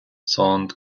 sont